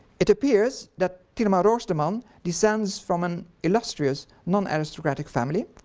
it appears that tieleman roosterman descends from an illustrious non-aristocratic family.